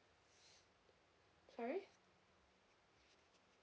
sorry